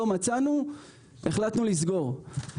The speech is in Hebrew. לא מצאנו, החלטנו לסגור.